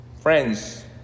Friends